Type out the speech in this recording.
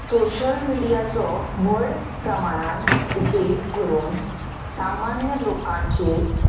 social मिडियाचो व्हड प्रमाणांत उपेग करून सामान्य लोकांचे